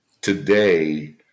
today